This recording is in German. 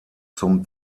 zum